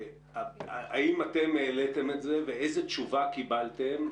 האם אתם העליתם את זה ואיזו תשובה קיבלתם?